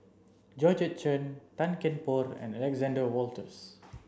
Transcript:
Georgette Chen Tan Kian Por and Alexander Wolters